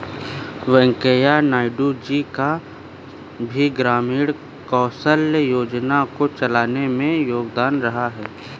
वैंकैया नायडू जी का भी ग्रामीण कौशल्या योजना को चलाने में योगदान रहा है